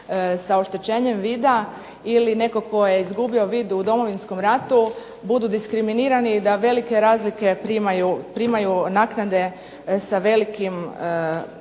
sa oštećenjem vida, ili netko tko je izgubio vid u Domovinskom ratu budu diskriminirani i da velike razlike primaju naknade sa velikim